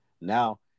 now